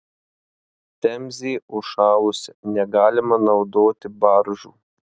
temzė užšalusi negalima naudoti baržų